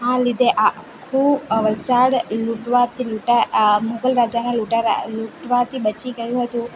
આ લીધે આખું વલસાડ આ મુગલ રાજાના લૂંટારા લૂંટવાથી બચી ગયું હતું